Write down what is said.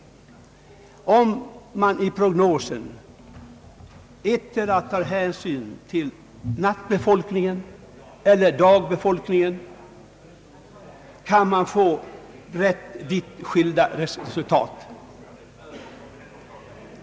Om pro Snosen görs upp med hänsyn till nattbefolkningen eller dagbefolkningen kan ha stor betydelse, här berörs de s.k. pend larna.